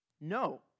No